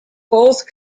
both